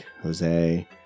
Jose